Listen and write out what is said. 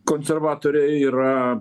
konservatoriai yra